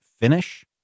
finish